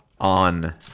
on